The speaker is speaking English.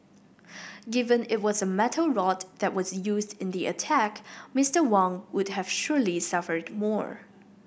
given it was a metal rod that was used in the attack Mister Wang would have surely suffered more